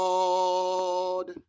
Lord